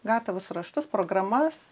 gatavus raštus programas